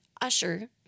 usher